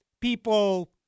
people